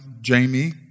Jamie